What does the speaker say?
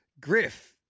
Griff